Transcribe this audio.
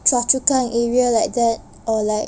choa chu kang area like that or like